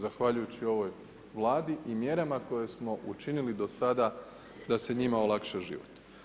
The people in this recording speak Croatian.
Zahvaljujući ovoj Vladi i mjerama koje smo učinili do sada da se njima olakša život.